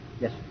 Yes